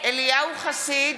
אליהו חסיד,